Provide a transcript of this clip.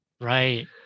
Right